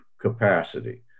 capacity